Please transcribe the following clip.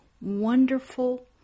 wonderful